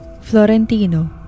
Florentino